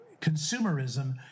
consumerism